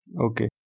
Okay